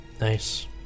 Nice